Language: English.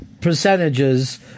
percentages